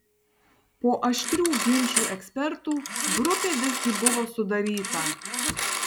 po aštrių ginčų ekspertų grupė visgi buvo sudaryta